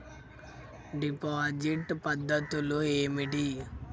Deposit పద్ధతులు ఏమిటి?